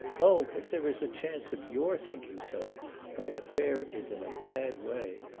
oh, if there is a chance of your thinking so my affair is in a bad way!